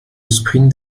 sprint